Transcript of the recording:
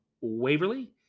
Waverly